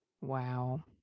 Wow